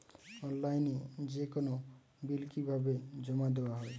অনলাইনে যেকোনো বিল কিভাবে জমা দেওয়া হয়?